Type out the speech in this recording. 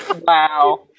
Wow